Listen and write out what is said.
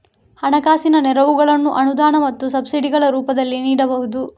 ಹಣಕಾಸಿನ ನೆರವುಗಳನ್ನು ಅನುದಾನ ಮತ್ತು ಸಬ್ಸಿಡಿಗಳ ರೂಪದಲ್ಲಿ ನೀಡಬಹುದು